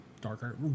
darker